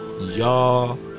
y'all